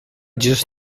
just